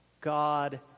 God